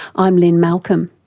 i'm lynne malcolm.